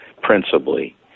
principally